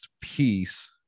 piece